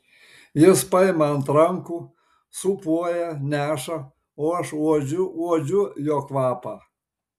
jis paima ant rankų sūpuoja neša o aš uodžiu uodžiu jo kvapą